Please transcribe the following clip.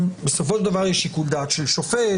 בסופו של דבר יש שיקול דעת של שופט,